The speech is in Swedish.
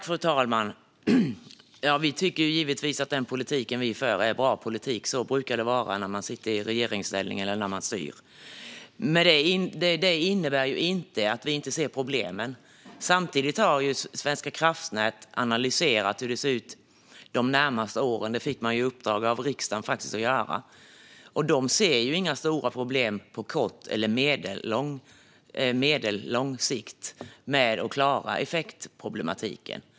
Fru talman! Vi tycker givetvis att den politik vi för är bra politik. Så brukar det vara när man sitter i regeringsställning eller när man styr. Men detta innebär inte att vi inte ser problemen. Samtidigt har Svenska kraftnät på uppdrag av riksdagen analyserat hur det ser ut de närmaste åren. De ser inga problem på kort eller medellång sikt med att klara effektproblemen.